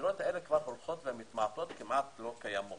הדירות האלה הולכות ומתמעטות, כמעט לא קיימות.